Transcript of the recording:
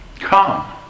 Come